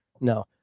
No